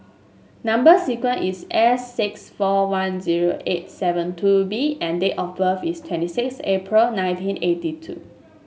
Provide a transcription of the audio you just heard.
number sequence is S six four one zero eight seven two B and date of birth is twenty six April nineteen eighty two